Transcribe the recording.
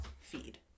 feed